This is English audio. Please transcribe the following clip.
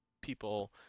people